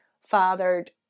fathered